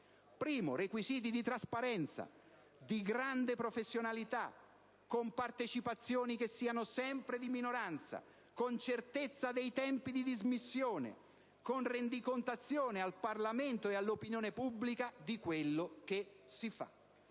luogo, requisiti di trasparenza, di grande professionalità, con partecipazioni che siano sempre di minoranza, con certezza dei tempi di dismissione, con rendicontazione al Parlamento e all'opinione pubblica di quello che si fa.